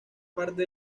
parte